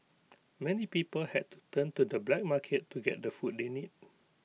many people had to turn to the black market to get the food they need